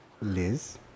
Liz